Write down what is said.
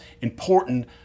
important